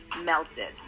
melted